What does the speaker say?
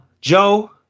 Joe